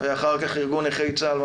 ואחר כך ארגון נכי צה"ל,